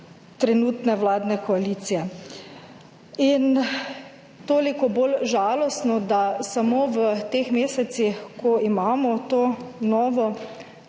trenutne vladne koalicije. Toliko bolj žalostno, da samo v teh mesecih, ko imamo to novo